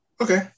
Okay